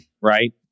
right